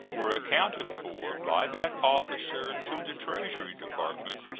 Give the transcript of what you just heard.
were accounted for by that officer to the treasury department,